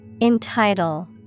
Entitle